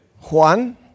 Juan